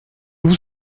vous